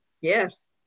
Yes